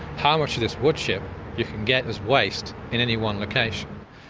how much of this wood chip you can get as waste in any one location.